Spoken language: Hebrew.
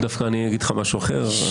דווקא אני אגיד לך משהו אחר.